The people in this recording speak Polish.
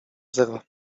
zero